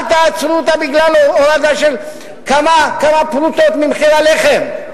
אל תעצרו אותה בגלל הורדה של כמה פרוטות ממחיר הלחם.